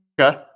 okay